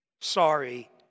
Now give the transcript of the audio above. Sorry